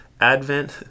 Advent